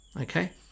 Okay